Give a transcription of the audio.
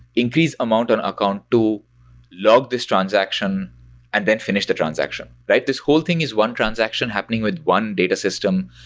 increase amount and account to log this transaction and then finish the transaction, right? this whole thing is one transaction happening with one data system,